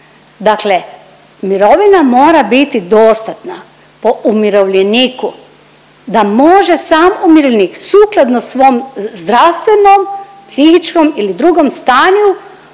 Dakle mirovina mora biti dostatna po umirovljeniku da može sam umirovljenik sukladno svom zdravstvenom, psihičkom ili drugom stanju